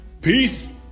Peace